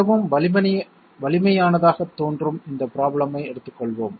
மிகவும் வலிமையானதாகத் தோன்றும் இந்தப் ப்ரோப்லேம் ஐ எடுத்துக்கொள்வோம்